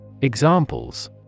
Examples